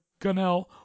Gunnell